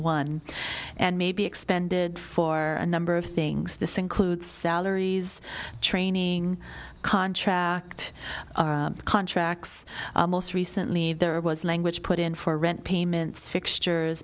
one and may be expended for a number of things this includes salaries training contract contracts most recently there was language put in for rent payments fixtures